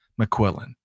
McQuillan